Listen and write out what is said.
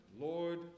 Lord